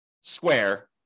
square